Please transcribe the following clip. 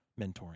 mentoring